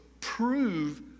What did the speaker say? prove